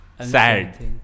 sad